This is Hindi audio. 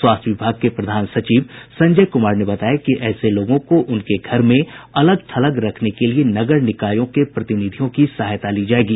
स्वास्थ्य विभाग के प्रधान संचिव संजय कुमार ने बताया कि ऐसे लोगों को उनके घर में अलग थलग रखने के लिये नगर निकायों के प्रतिनिधियों की सहायता ली जायेगी